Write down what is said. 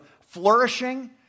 flourishing